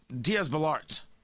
Diaz-Balart